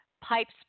pipes